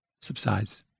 subsides